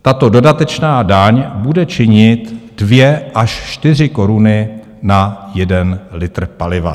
Tato dodatečná daň bude činit 2 až 4 koruny na jeden litr paliva.